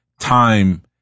time